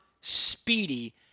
speedy